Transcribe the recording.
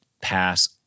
pass